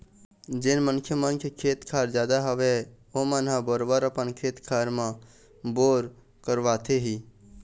जेन मनखे मन के खेत खार जादा हवय ओमन ह बरोबर अपन खेत खार मन म बोर करवाथे ही